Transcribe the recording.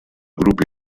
gruppi